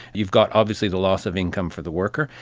you've got obviously the loss of income for the worker,